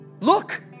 Look